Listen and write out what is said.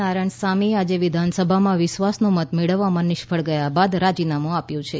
નારાયણસામીએ આજે વિધાનસભામાં વિશ્વાસનો મત મેળવવામાં નિષ્ફળ ગયા બાદ રાજીનામું આપ્યું છે